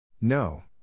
No